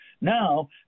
Now